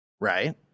Right